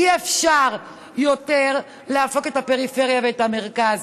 אי-אפשר יותר לעשוק את הפריפריה ואת מרכז.